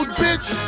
bitch